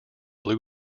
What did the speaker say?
blu